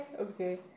okay